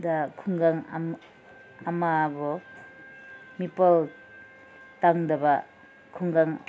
ꯗ ꯈꯨꯡꯒꯪ ꯑꯃꯕꯨ ꯃꯤꯄꯥꯟ ꯇꯥꯡꯗꯕ ꯈꯨꯡꯒꯪ